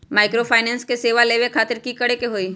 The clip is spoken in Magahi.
माइक्रोफाइनेंस के सेवा लेबे खातीर की करे के होई?